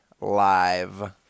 live